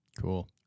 Cool